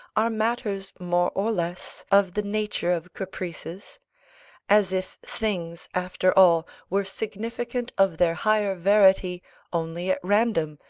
are matters more or less of the nature of caprices as if things, after all, were significant of their higher verity only at random,